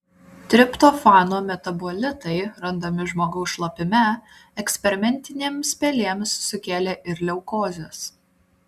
triptofano metabolitai randami žmogaus šlapime eksperimentinėms pelėms sukėlė ir leukozes